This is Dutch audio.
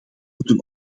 moeten